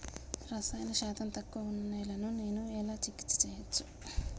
రసాయన శాతం తక్కువ ఉన్న నేలను నేను ఎలా చికిత్స చేయచ్చు?